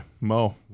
Mo